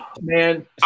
man